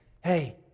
Hey